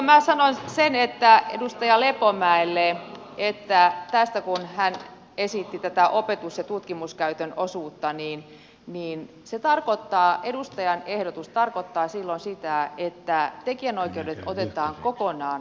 minä sanon edustaja lepomäelle tästä kun hän esitti tätä opetus ja tutkimuskäytön osuutta että se edustajan ehdotus tarkoittaa silloin sitä että tekijänoikeudet otetaan kokonaan pois